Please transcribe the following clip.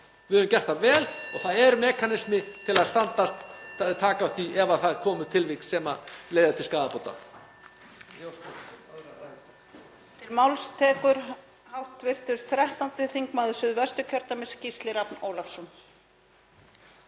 Við höfum gert það vel og það er mekanismi til að taka á því ef það koma upp tilvik sem leiða til skaðabóta.